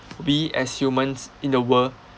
we as humans in the world